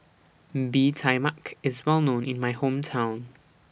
Bee Tai Mak IS Well known in My Hometown